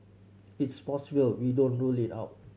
it's possible we don't rule it out